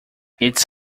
its